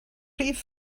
rhif